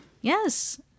Yes